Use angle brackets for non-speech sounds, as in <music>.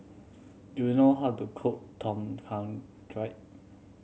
do you know how to cook Tom Kha <unintelligible>